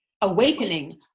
awakening